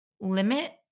limit